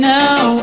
now